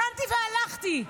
קמתי והלכתי.